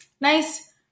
nice